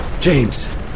James